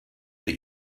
that